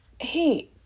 hey